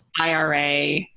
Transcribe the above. IRA